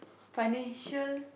financial